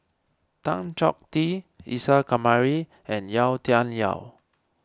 Tan Chong Tee Isa Kamari and Yau Tian Yau